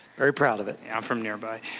very proud of it. i'm from nearby.